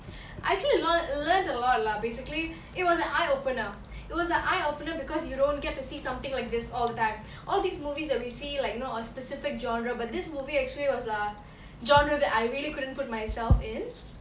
I actually learnt a lot lah basically it was an eye opener it was an eye opener because you don't get to see something like this all the time all these movies that we see like you know on specific genre but this movie actually was a genre that I really couldn't put myself in